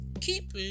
Keep